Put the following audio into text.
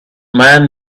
men